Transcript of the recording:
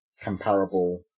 comparable